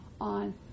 on